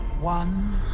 One